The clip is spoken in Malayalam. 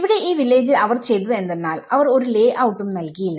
ഇവിടെ ഈ വില്ലേജിൽ അവർ ചെയ്തത് എന്തെന്നാൽ അവർ ഒരു ലേഔട്ടും നൽകിയില്ല